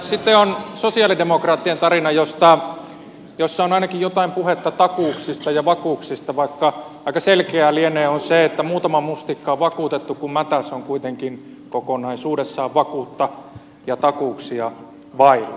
sitten on sosialidemokraattien tarina jossa on ainakin jotain puhetta takuuksista ja vakuuksista vaikka aika selkeää lienee se että muutama mustikka on vakuutettu kun mätäs on kuitenkin kokonaisuudessaan vakuutta ja takuuksia vailla